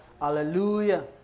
Hallelujah